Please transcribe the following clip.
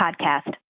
podcast